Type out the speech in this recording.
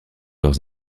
leurs